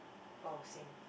oh same